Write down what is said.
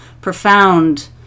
profound